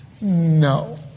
No